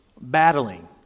battling